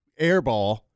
airball